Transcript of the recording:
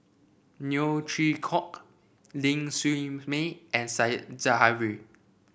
Neo Chwee Kok Ling Siew May and Said Zahari